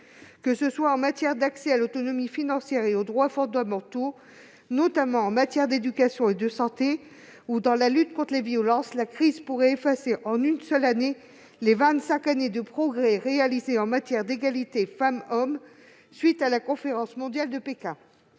Que ce soit en matière d'accès à l'autonomie financière et aux droits fondamentaux, notamment en matière d'éducation et de santé, ou dans la lutte contre les violences, la crise pourrait effacer, en une seule année, les vingt-cinq années de progrès réalisées en matière d'égalité entre les femmes et les hommes à la suite de la conférence mondiale de Pékin.